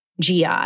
GI